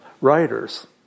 writers